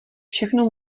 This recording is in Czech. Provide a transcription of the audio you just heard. všechno